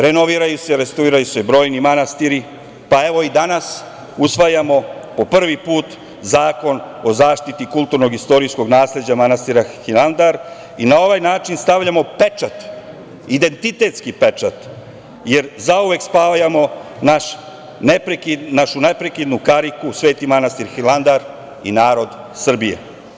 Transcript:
Renoviraju se, restauriraju, brojni manastiri, pa, evo, i danas usvajamo po prvi put Zakon o zaštiti kulturno-istorijskog nasleđa manastira Hilandar i na ovaj način stavljamo pečat, identitetski pečat, jer zauvek spajamo našu neprekidnu kariku Svetog manastira Hilandar i naroda Srbije.